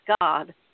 God